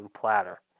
platter